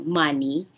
money